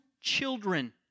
children